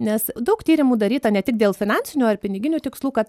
nes daug tyrimų daryta ne tik dėl finansinių ar piniginių tikslų kad